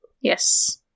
Yes